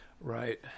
Right